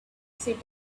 said